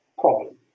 problem